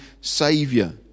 Savior